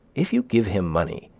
if you give him money,